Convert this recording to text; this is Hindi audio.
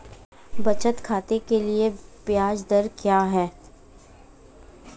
बचत खाते के लिए ब्याज दर क्या है?